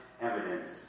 evidence